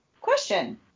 question